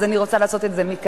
אז אני רוצה לעשות את זה מכאן